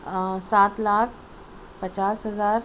سات لاکھ پچاس ہزار